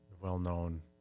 well-known